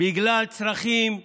בגלל צרכים אחרים,